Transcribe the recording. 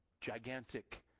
gigantic